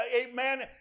Amen